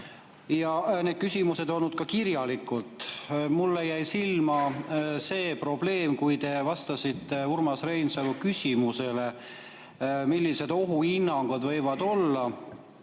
Need küsimused on esitatud ka kirjalikult. Mulle jäi silma see probleem, et kui te vastasite Urmas Reinsalu küsimusele, millised võivad olla